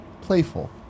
Playful